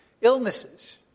Illnesses